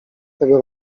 tego